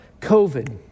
COVID